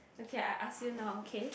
okay I ask you now okay